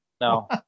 No